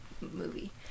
movie